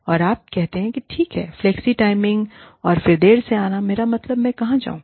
और आप कहते हैं कि ठीक है फ्लेक्सी टाइमिंग और फिर देर से आना मेरा मतलब है कि मैं कहां जाऊँ